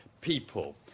people